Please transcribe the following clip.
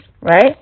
right